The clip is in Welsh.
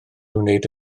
wneud